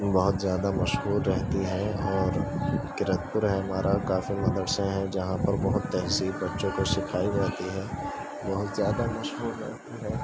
بہت زیادہ مشہور رہتی ہے اور کرت پور ہے ہمارا کافی مدرسے ہیں جہاں پر بہت تہذیب بچوں کو سکھائی جاتی ہے بہت زیادہ مشہور رہتی ہے